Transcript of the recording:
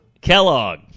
Kellogg